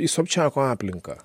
į sobčiako aplinką